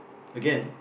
again